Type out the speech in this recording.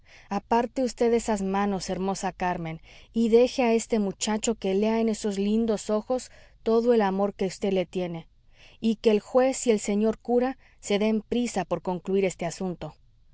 aparte vd esas manos hermosa carmen y deje a este muchacho que lea en esos lindos ojos todo el amor que vd le tiene y que el juez y el señor cura se den prisa por concluir este asunto